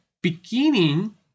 beginning